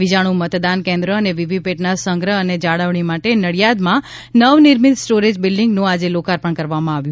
વિજાણુ મતદાન કેન્દ્ર અને વીવીપેટના સંગ્રહ અને જાળવણી માટે નડીયાદમાં નવનિર્મિત સ્ટોરેજ બિલ્ડીંગનું આજે લોકાર્પણ કરવામાં આવ્યું